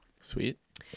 Sweet